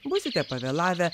būsite pavėlavę